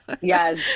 Yes